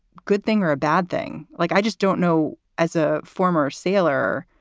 good thing or a bad thing? like, i just don't know. as a former sailor,